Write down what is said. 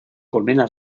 colmena